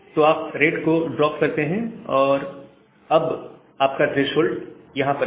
तो आप रेट को ड्रॉप करते हैं और अब आपका थ्रेशोल्ड यहां पर है